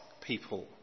people